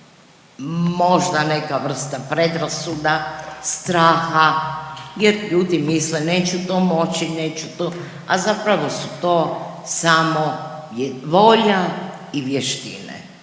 možda neka vrsta predrasuda, straha jer ljudi misle neću to moći, neću to, a zapravo su to samo volja i vještine